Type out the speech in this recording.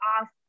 ask